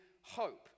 hope